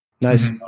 Nice